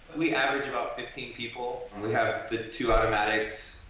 we average about fifteen people, and we have the two automatics.